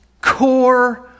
core